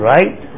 Right